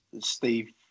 Steve